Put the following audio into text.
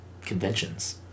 conventions